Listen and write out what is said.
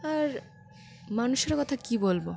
আর মানুষের কথা কী বলবো